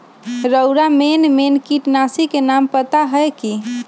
रउरा main main किटनाशी के नाम पता हए कि?